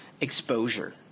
exposure